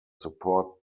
support